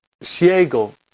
ciego